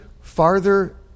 farther